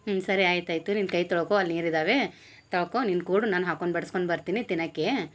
ಹ್ಞೂ ಸರಿ ಆಯ್ತು ಆಯಿತು ನೀನು ಕೈ ತೊಳ್ಕೊ ಅಲ್ಲಿ ನೀರಿದಾವೆ ತೊಳ್ಕೋ ನೀನು ಕೂಡ ನಾನು ಹಾಕೋಣ ಬಡ್ಸ್ಕೊಂಡು ಬರ್ತೀನಿ ತಿನಕ್ಕೆ